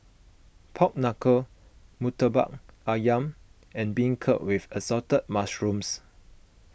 Pork Knuckle Murtabak Ayam and Beancurd with Assorted Mushrooms